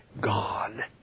God